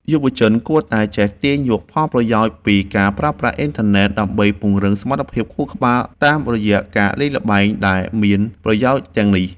យុវជនគួរតែចេះទាញយកផលប្រយោជន៍ពីការប្រើប្រាស់អ៊ីនធឺណិតដើម្បីពង្រឹងសមត្ថភាពខួរក្បាលតាមរយៈការលេងល្បែងដែលមានប្រយោជន៍ទាំងនេះ។